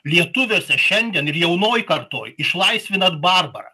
lietuviuose šiandien ir jaunoj kartoj išlaisvinat barbarą